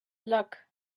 luck